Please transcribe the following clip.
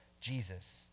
Jesus